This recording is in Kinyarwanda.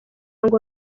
ngo